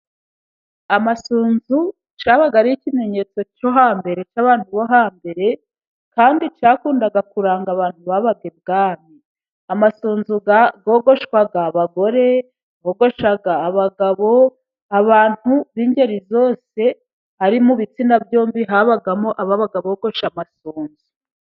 Amasunzu cyabaga ari ikimenyetso cyo hambere， cy'abantu bo hambere， kandi cyakundaga kuranga abantu babaga ibwami. Amasunzu yogoshwaga abagore，yogoshwaga abagabo， abantu b'ingeri zose，ari mu bitsina byombi， habagamo ababaga bogoshe amasunzu.